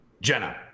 jenna